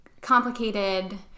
complicated